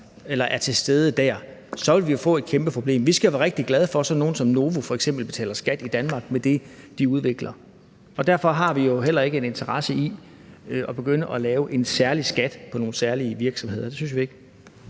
eller er til stede der, så ville vi jo få et kæmpeproblem. Vi skal jo være rigtig glade for, at sådan nogle som f.eks. Novo betaler skat i Danmark med det, som de udvikler. Derfor har vi jo heller ikke en interesse i at begynde at lave en særlig skat på nogle særlige virksomheder. Det synes vi ikke.